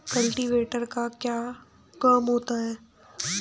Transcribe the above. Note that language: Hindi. कल्टीवेटर का क्या काम होता है?